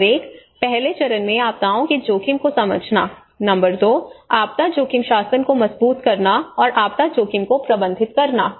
number एक पहले चरण में आपदाओं के जोखिम को समझना नंबर 2 आपदा जोखिम शासन को मजबूत करना और आपदा जोखिम को प्रबंधित करना